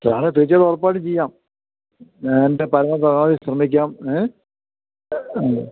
സാറേ പിറ്റേന്ന് ഉറപ്പായിട്ടും ചെയ്യാം ഞാന് എന്റെ പരമാവധി ശ്രമിക്കാം ഏ ഉം